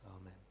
Amen